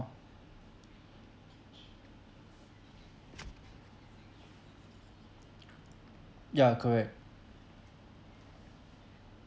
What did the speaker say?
ya correct